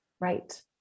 Right